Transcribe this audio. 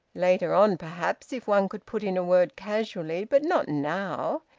later on, perhaps, if one could put in a word casually! but not now.